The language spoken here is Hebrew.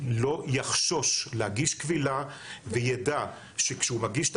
לא יחשוש להגיש קבילה ויידע שכשהוא מגיש את